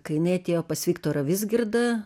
kai jinai atėjo pas viktorą vizgirdą